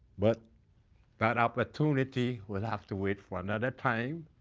but that opportunity will have to wait for another time.